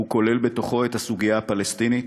הוא כולל בתוכו את הסוגיה הפלסטינית,